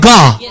God